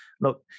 Look